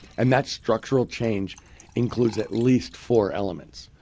and that structural change includes at least four elements.